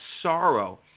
sorrow